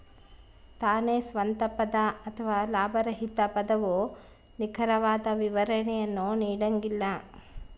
ತಾನೇ ಸ್ವಂತ ಪದ ಅಥವಾ ಲಾಭರಹಿತ ಪದವು ನಿಖರವಾದ ವಿವರಣೆಯನ್ನು ನೀಡಂಗಿಲ್ಲ